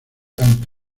home